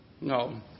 No